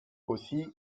aussi